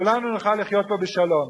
כולנו נוכל לחיות פה בשלום,